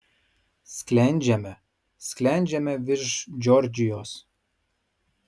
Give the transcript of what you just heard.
sklendžiame sklendžiame virš džordžijos